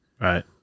Right